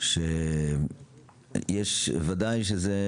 בוודאי שזה